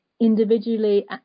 individually